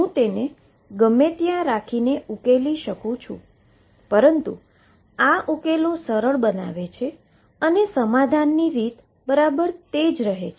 હું તેને ગમે ત્યાં રાખીને ઉકેલી શકું છું પરંતુ આ ઉકેલો સરળ બનાવે છે સમાધાનની રીત બરાબર તે જ રહે છે